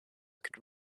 could